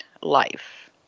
life